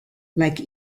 like